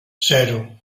zero